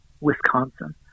Wisconsin